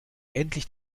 endlich